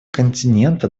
континента